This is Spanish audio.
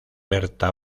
berta